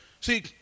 See